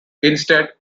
instead